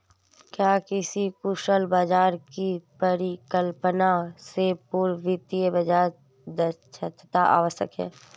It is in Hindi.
क्या किसी कुशल बाजार की परिकल्पना से पूर्व वित्तीय बाजार दक्षता आवश्यक है?